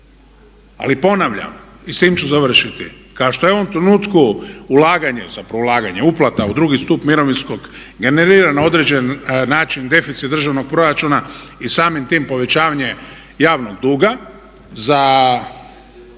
Ali ponavljam, i s tim ću završiti, kao što je u ovom trenutku ulaganje, zapravo uplata u drugi stup mirovinskog generira na određeni način deficit državnog proračuna i samim tim povećavanje javnog duga za